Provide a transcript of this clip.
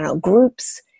groups